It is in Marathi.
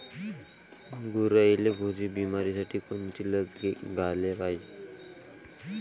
गुरांइले खुरी बिमारीसाठी कोनची लस द्याले पायजे?